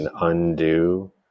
undo